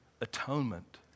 atonement